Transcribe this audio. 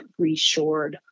reshored